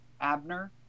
Abner